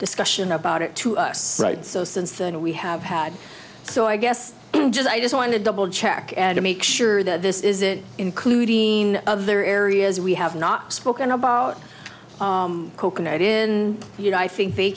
discussion about it to us right so since then we have had so i guess i just want to double check and make sure that this is it including of there are areas we have not spoken about coconut in you know i think they